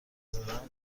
زدم